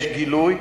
יש גילוי,